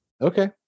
Okay